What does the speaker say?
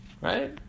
Right